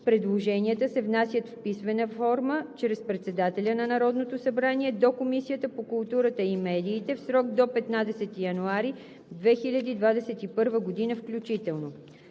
Предложенията се внасят в писмена форма чрез председателя на Народното събрание до Комисията по културата и медиите в срок до 15 януари 2021 г. включително.